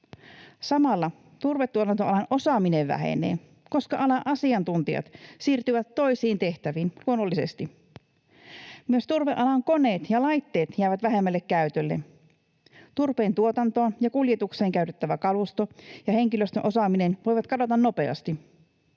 Samalla turvetuotantoalan osaaminen vähenee, koska alan asiantuntijat siirtyvät toisiin tehtäviin — luonnollisesti. Myös turvealan koneet ja laitteet jäävät vähemmälle käytölle. Turpeen tuotantoon ja kuljetukseen käytettävä kalusto ja henkilöstön osaaminen voivat kadota nopeasti.